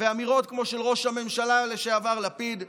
ואמירות כמו של ראש הממשלה לשעבר לפיד,